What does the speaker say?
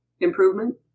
improvement